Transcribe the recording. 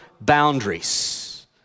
boundaries